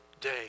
day